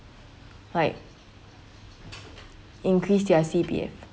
like increase their C_P_F